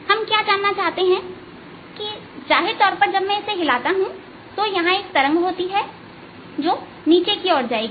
हम क्या जानना चाहते हैं कि जाहिर तौर पर जब मैं इसे हिलाता हूं तो यहां एक तरंग होगी जो नीचे की ओर जाएगी